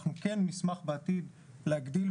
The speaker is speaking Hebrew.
אנחנו כן נשמח בעתיד להגדיל,